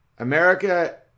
America